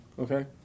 Okay